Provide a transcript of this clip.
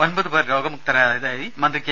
ഒമ്പതു പേർ രോഗമുക്തരായതായി മന്ത്രി കെ